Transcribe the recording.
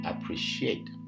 appreciate